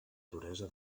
duresa